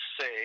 say